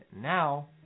now